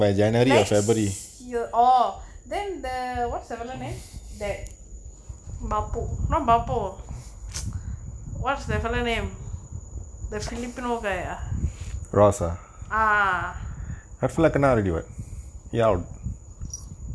next year oh then the what several name that mapo not popo what's several name the filipino guy ah